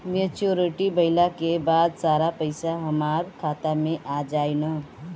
Maturity भईला के बाद सारा पईसा हमार खाता मे आ जाई न?